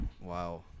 Wow